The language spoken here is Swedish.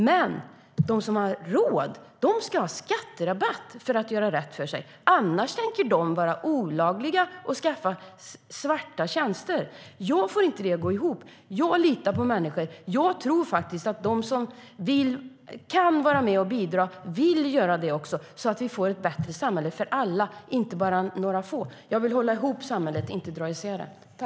Men de som har råd, de ska ha skatterabatt för att göra rätt för sig, annars tänker de skaffa svarta tjänster på olaglig väg.